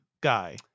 Guy